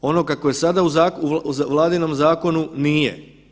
Ono kako je sada u vladinom zakonu nije.